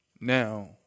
Now